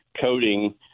coding